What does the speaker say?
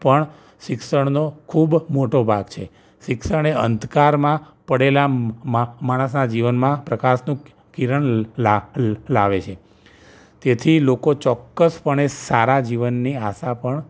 પણ શિક્ષણનો ખૂબ મોટો ભાગ છે શિક્ષણ એ અંધકારમાં પડેલા મા માણસના જીવનમાં પ્રકાશનું કિરણ લા લાવે છે તેથી લોકો ચોક્ક્સપણે સારાં જીવનની આશા પણ